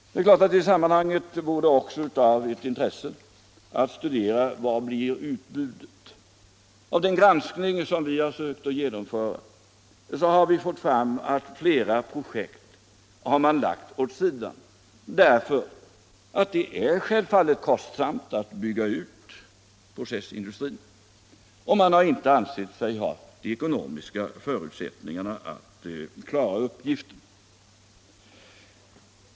I sammanhanget vore det naturligtvis också av intresse att studera hur stort utbudet blir. I den granskning vi har försökt genomföra har vi fått fram att flera projekt har lagts åt sidan, därför att det är kostsamt att bygga ut processindustrin, och man har inte ansett sig ha de ekonomiska förutsättningarna att klara uppgiften.